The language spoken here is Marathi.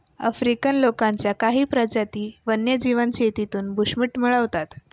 आफ्रिकन लोकांच्या काही प्रजाती वन्यजीव शेतीतून बुशमीट मिळवतात